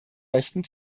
rechten